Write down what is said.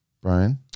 Brian